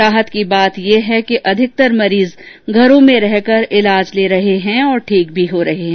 राहत की बात है कि अधिकतर मरीज घरो में रहकर इलाज ले रहे हैं और ठीक भी हो रहे हैं